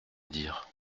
dire